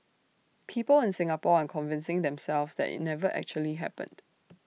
people in Singapore are convincing themselves that IT never actually happened